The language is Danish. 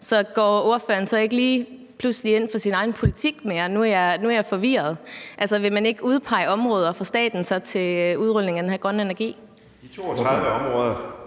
Så går ordføreren så lige pludselig ikke ind for sin egen politik mere? Nu er jeg forvirret. Altså, vil man så ikke udpege områder for staten til udrulning af den her grønne energi?